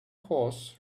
horse